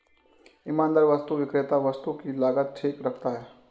ईमानदार वस्तु विक्रेता वस्तु की लागत ठीक रखता है